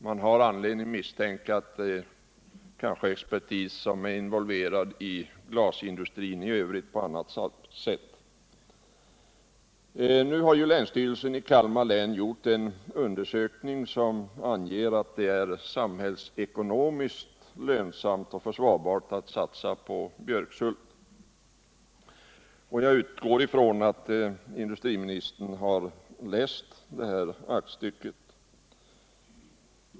Man har anledning misstänka att det kanske är expertis som är involverad i glasindustrin i övrigt. Länsstyrelsen i Kalmar län har gjort en undersökning som anger att det är samhällsekonomiskt lönsamt och försvarbart att satsa på Björkshult, och jag utgår från att industriministern har läst det här aktstycket.